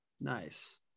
Nice